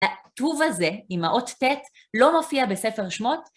הטוב הזה עם האות ט', לא מופיע בספר שמות?